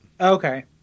Okay